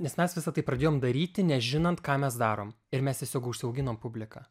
nes mes visa tai pradėjom daryti nežinant ką mes darom ir mes tiesiog užsiauginom publiką